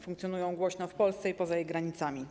Funkcjonują głośno w Polsce i poza jej granicami.